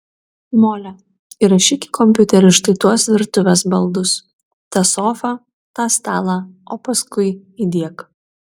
mole įrašyk į kompiuterį štai tuos virtuvės baldus tą sofą tą stalą o paskui įdiek